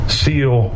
seal